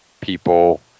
people